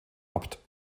abt